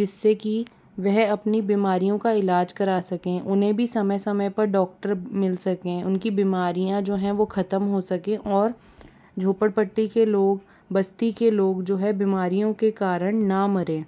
जिस्से कि वह अपने बीमारियों का इलाज करा सकें उन्हें भी समय समय पर डॉक्टर मिल सकें उनकी बिमारियाँ जो हैं वो ख़तम हो सकें और झोपड़ पट्टी के लोग बस्ती के लोग जो है बिमारियों के कारण न मरें